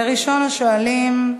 ראשון השואלים,